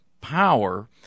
power